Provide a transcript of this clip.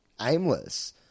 aimless